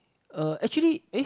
uh actually eh